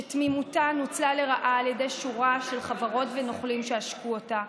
שתמימותה נוצלה לרעה על ידי שורה של חברות ונוכלים שעשקו אותה,